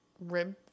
rib